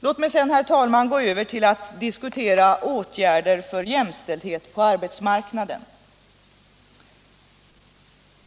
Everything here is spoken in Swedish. Låt mig sedan, herr talman, gå över till att diskutera åtgärder för jämställdhet på arbetsmarknaden!